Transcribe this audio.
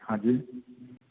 हाँ जी